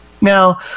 Now